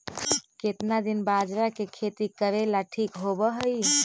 केतना दिन बाजरा के खेती करेला ठिक होवहइ?